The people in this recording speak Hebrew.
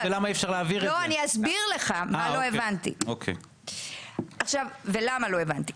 אני אסביר לך מה לא הבנתי ולמה לא הבנתי.